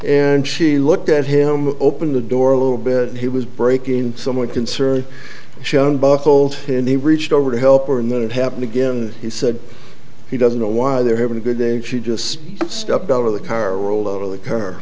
and she looked at him open the door a little bit he was breaking somewhat concerned shown bucholtz and he reached over to help or and then it happened again he said he doesn't know why they're having a good day and she just stepped out of the car rolled out of the car